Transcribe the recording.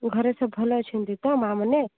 ଘରେ ସବୁ ଭଲ ଅଛନ୍ତି ତ ମାଆମାନେ